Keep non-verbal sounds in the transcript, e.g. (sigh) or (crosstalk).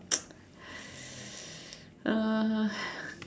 (noise) uh